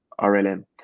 RLM